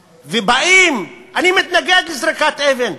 ובאים, אני מתנגד לזריקת אבן,